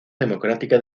democrática